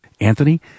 Anthony